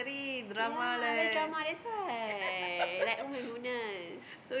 yeah very drama that's why like [oh]-my-goodness